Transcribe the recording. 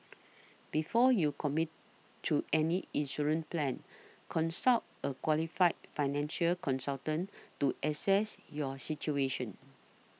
before you commit to any insurance plan consult a qualified financial consultant to assess your situation